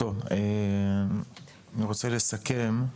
אני רוצה לסכם,